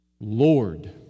Lord